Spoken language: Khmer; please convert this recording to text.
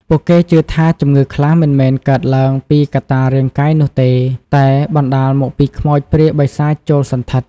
ពួកគេជឿថាជំងឺខ្លះមិនមែនកើតឡើងពីកត្តារាងកាយនោះទេ តែបណ្តាលមកពីខ្មោចព្រាយបិសាចចូលសណ្ឋិត។